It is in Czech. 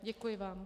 Děkuji vám.